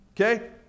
Okay